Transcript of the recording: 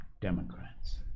Democrats